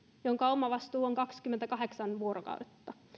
jonka omavastuu on kaksikymmentäkahdeksan vuorokautta